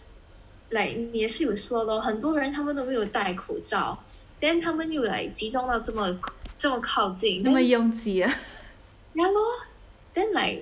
like 你也是有说 lor 很多人他们都没有戴口罩 then 他们又 like 集中了这么这么靠近 then yeah lor then like